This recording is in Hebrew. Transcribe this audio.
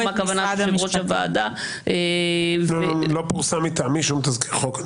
מה כוונת יושב-ראש הוועדה --- לא פורסם מטעמי שום תזכיר חוק.